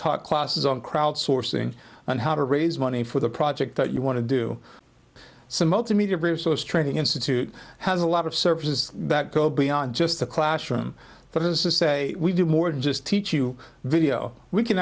taught classes on crowdsourcing and how to raise money for the project that you want to do some multimedia resource training institute has a lot of services that go beyond just the classroom but this is a we do more than just teach you video we can